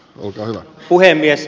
arvoisa herra puhemies